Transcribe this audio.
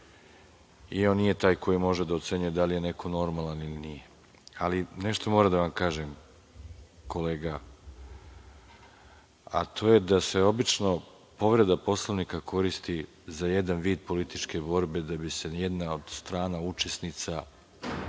i on nije taj koji može da ocenjuje da li je neko normalan ili nije. Ali, nešto moram da vam kažem, kolega, a to je da se obično povreda Poslovnika koristi za jedan vid političke borbe da bi se ni jedna od strana učesnica